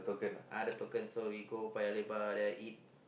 uh the token so we go Paya-Lebar there eat